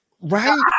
Right